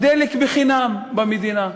הדלק במדינה בחינם.